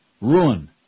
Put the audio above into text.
Ruin